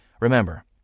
Remember